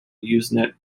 usenet